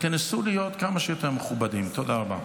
תנסו להיות כמה שיותר מכובדים, תודה רבה.